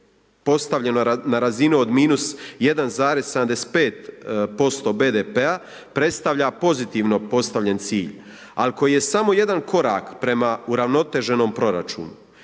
postavljano na razini od minus 1,75% BDP-a predstavlja pozitivno postavljen cilj, ali koji je samo jedan korak prema uravnoteženom proračunu.